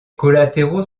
collatéraux